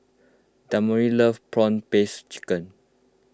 Demario loves Prawn Paste Chicken